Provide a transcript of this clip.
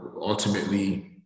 ultimately